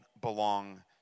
belong